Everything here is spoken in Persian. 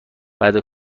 بعده